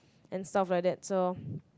and stuff like that so